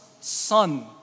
son